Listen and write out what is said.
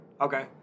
Okay